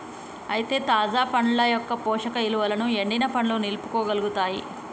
అయితే తాజా పండ్ల యొక్క పోషక ఇలువలను ఎండిన పండ్లు నిలుపుకోగలుగుతాయి